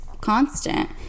constant